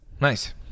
nice